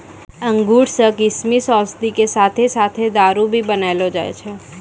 अंगूर सॅ किशमिश, औषधि के साथॅ साथॅ दारू भी बनैलो जाय छै